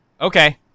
Okay